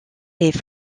est